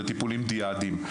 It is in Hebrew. בטיפולים דיאדיים.